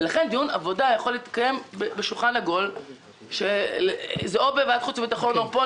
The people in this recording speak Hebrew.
דיון עבודה יכול להתקיים סביב שולחן עגול בוועדת החוץ והביטחון או כאן.